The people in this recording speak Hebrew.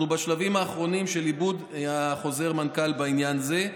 אנחנו בשלבים אחרונים של עיבוד חוזר מנכ"ל בעניין זה.